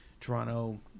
Toronto